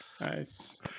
Nice